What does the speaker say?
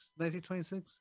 1926